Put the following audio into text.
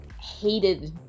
hated